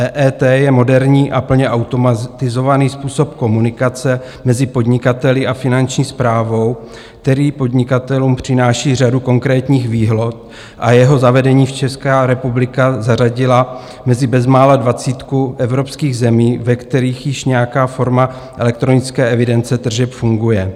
EET je moderní a plně automatizovaný způsob komunikace mezi podnikateli a Finanční správou, který podnikatelům přináší řadu konkrétních výhod, a jeho zavedením se Česká republika zařadila mezi bezmála dvacítku evropských zemí, ve kterých již nějaká forma elektronické evidence tržeb funguje.